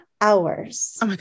hours